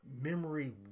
memory